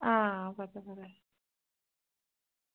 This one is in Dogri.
हां